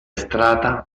strata